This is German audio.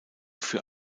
für